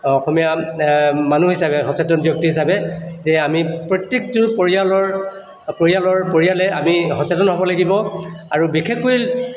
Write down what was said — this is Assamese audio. অঁ অসমীয়া মানুহ হিচাপে সচেতন ব্যক্তি হিচাপে যে আমি প্ৰত্যেকটো পৰিয়ালৰ পৰিয়ালৰ পৰিয়ালে আমি সচেতন হ'ব লাগিব আৰু বিশেষকৈ